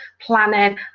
planning